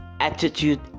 attitude